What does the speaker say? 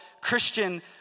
Christian